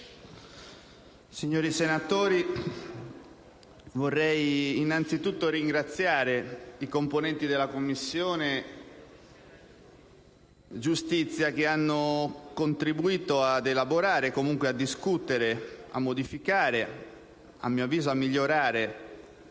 signori senatori, vorrei innanzitutto ringraziare i componenti della Commissione giustizia che hanno contribuito ad elaborare, comunque a discutere e a modificare, e - a mio avviso - a migliorare